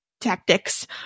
tactics